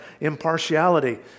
impartiality